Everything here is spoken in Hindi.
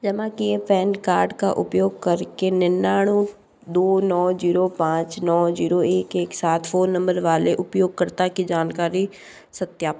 जमा किए पैन कार्ड का उपयोग करके निन्यानवे दो नौ जीरो पाँच नौ जीरो एक एक सात फ़ोन नंबर वाले उपयोगकर्ता की जानकारी सत्यापित करें